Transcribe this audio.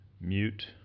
mute